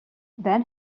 then